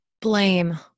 Blame